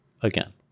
again